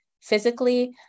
physically